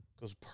goes